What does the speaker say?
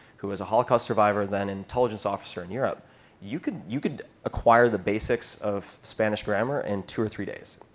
who was a holocaust survivor, then an intelligence officer in europe you could you could acquire the basics of spanish grammar in two or three days.